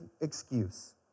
excuse